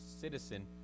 citizen